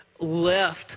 left